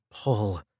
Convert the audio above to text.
pull